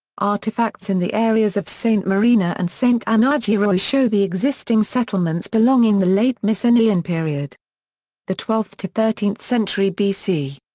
artefacts in the areas of saint marina and saint anargyroi show the existing settlements belonging the late mycenaean period the twelfth to thirteenth century bc.